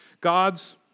God's